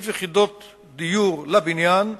להוסיף יחידות דיור לבניין,